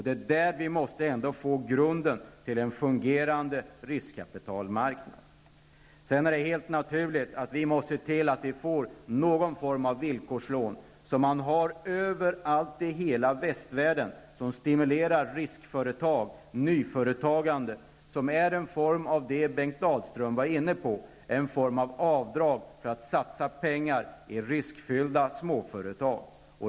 Det är där man måste få grunden till en fungerande riskkapitalmarknad. Sedan är det helt naturligt att vi måste se till att skapa någon form av villkorslån som man har överallt i hela västvärlden, som stimulerar riskföretag och nyföretagande och som är en form av det som Bengt Dalström var inne på, nämligen en form av avdrag i syfte att pengar skall satsas i riskfyllda småföretag.